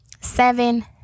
Seven